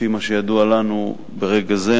לפי מה שידוע לנו ברגע זה,